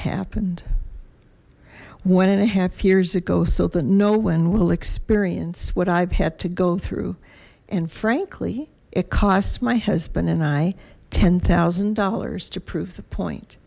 happened one and a half years ago so that no one will experience what i've had to go through and frankly it costs my husband and i ten thousand dollars to prove the point